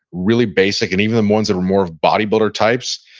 really basic. and even the ones that were more bodybuilder types,